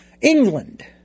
England